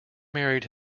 married